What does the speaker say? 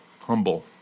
humble